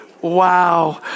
wow